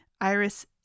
Iris